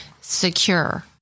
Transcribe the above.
secure